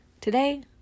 Today